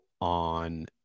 on